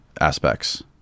aspects